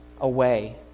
away